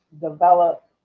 develop